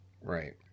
Right